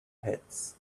hats